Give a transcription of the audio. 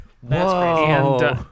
Whoa